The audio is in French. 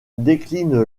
décline